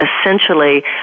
essentially